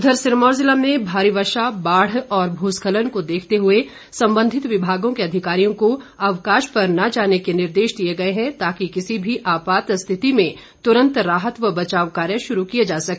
उधर सिरमौर ज़िला में भारी वर्षा बाढ़ और भूस्खलन को देखते हुए संबंधित विभागों को अधिकारियों को अवकाश पर न जाने के निर्देश दिए गए हैं ताकि किसी भी आपात स्थिति में तुरंत राहत व बचाव कार्य शुरू किए जा सके